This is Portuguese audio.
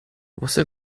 você